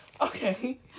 Okay